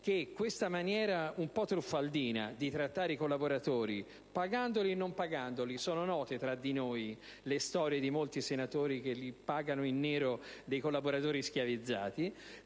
che questa maniera un po' truffaldina di trattare i collaboratori, pagandoli e non pagandoli - sono note tra noi le storie di molti senatori che pagano in nero dei collaboratori schiavizzati